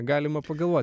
galima pagalvot